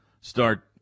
start